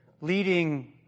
leading